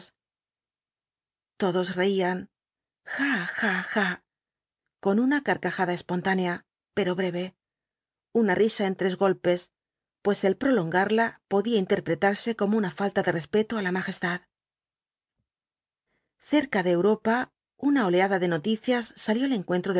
ja ja con una carcajada espontánea pero breve una risa en tres golpes pues el prolongarla podía interpretarse como una falta de respeto á la majestad cerca de europa una oleada de noticias salió al encuentro